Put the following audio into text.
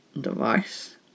device